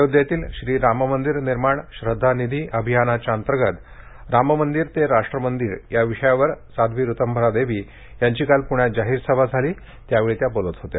अयोध्येतील श्रीराम मंदिर निर्माण श्रद्धा निधी अभियानाच्या अंतर्गत राममंदिर ते राष्ट्रमंदिर या विषयावर साध्वी ऋतभरा देवी यांची काल पुण्यात जाहीर सभा झाली त्यावेळी त्या बोलत होत्या